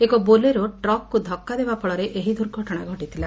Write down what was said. ଏକ ବୋଲେରୋ ଟ୍ରକ୍କୁ ଧକ୍କା ଦେବାଫଳରେ ଏହି ଦୁର୍ଘଟଣା ଘଟିଥିଲା